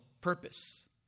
purpose